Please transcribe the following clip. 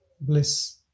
bliss